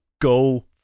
go